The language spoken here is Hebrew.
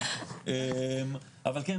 אבל כן,